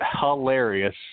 hilarious